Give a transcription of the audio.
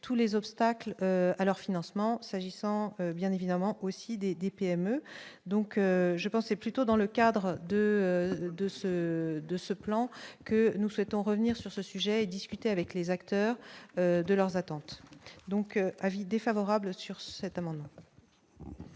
tous les obstacles à leur financement s'agissant bien évidemment aussi des des PME, donc je pensé plutôt dans le cadre de de ce de ce plan que nous souhaitons revenir sur ce sujet et discuter avec les acteurs de leurs attentes, donc avis défavorable sur cet amendement.